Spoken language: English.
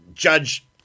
judge